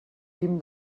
guim